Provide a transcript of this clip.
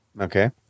Okay